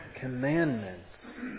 Commandments